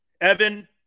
Evan